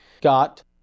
got